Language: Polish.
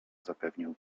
zapewnił